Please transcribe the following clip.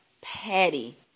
petty